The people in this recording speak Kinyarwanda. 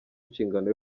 inshingano